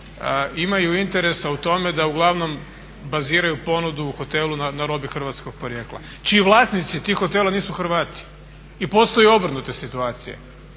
imaju interesa u tome da uglavnom baziraju ponudu u hotelu na robi hrvatskog porijekla čiji vlasnici tih hotela nisu Hrvati i postoje obrnute situacije